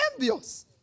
envious